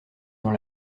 dans